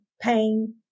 pain